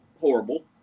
horrible